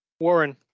Warren